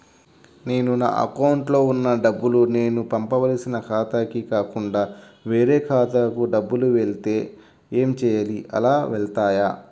నేను నా అకౌంట్లో వున్న డబ్బులు నేను పంపవలసిన ఖాతాకి కాకుండా వేరే ఖాతాకు డబ్బులు వెళ్తే ఏంచేయాలి? అలా వెళ్తాయా?